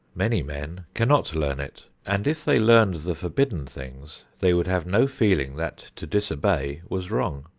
many men cannot learn it, and if they learned the forbidden things they would have no feeling that to disobey was wrong.